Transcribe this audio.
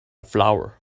flower